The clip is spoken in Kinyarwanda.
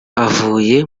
avuye